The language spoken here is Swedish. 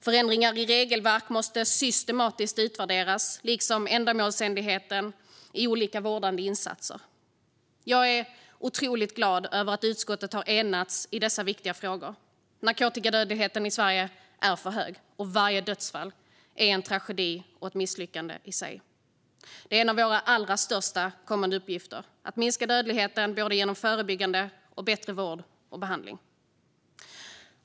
Förändringar i regelverk måste systematiskt utvärderas, liksom ändamålsenligheten i olika vårdande insatser. Jag är otroligt glad över att utskottet har enats i dessa viktiga frågor. Narkotikadödligheten i Sverige är för hög, och varje dödsfall är en tragedi och ett misslyckande. Det är en av våra allra största kommande uppgifter att minska dödligheten genom både förebyggande och bättre vård och behandling.